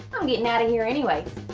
i'm getting out of here anyways.